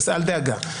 אל דאגה.